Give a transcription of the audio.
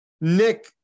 Nick